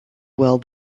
well